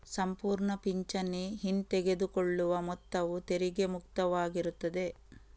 ಸಂಪೂರ್ಣ ಪಿಂಚಣಿ ಹಿಂತೆಗೆದುಕೊಳ್ಳುವ ಮೊತ್ತವು ತೆರಿಗೆ ಮುಕ್ತವಾಗಿರುತ್ತದೆ